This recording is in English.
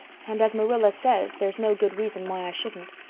and, as marilla says, there's no good reason why i shouldn't.